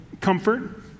comfort